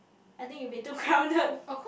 I think it'll be too crowded